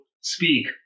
speak